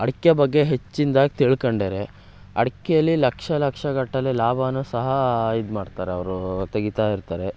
ಅಡಿಕೆ ಬಗ್ಗೆ ಹೆಚ್ಚಿಂದಾಗಿ ತಿಳ್ಕಂಡ್ದಾರೆ ಅಡಿಕೆಯಲ್ಲಿ ಲಕ್ಷ ಲಕ್ಷಗಟ್ಟಲೆ ಲಾಭಾನು ಸಹ ಇದು ಮಾಡ್ತಾರೆ ಅವರು ತೆಗೀತಾ ಇರ್ತಾರೆ